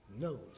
knows